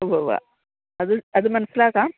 ഉവ്വുവ്വ അത് അത് മനസിലാക്കാം